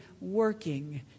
working